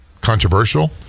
controversial